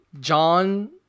John